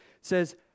says